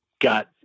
got